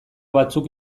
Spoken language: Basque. batzuk